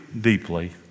deeply